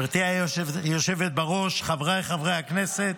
גברתי היושבת בראש, חבריי חברי הכנסת,